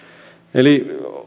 eli